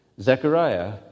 Zechariah